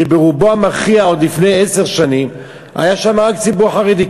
שברובו המכריע עוד לפני עשר שנים היה שמה רק ציבור חרדי,